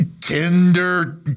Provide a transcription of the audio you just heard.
Tender